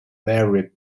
very